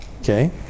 okay